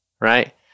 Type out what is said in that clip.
right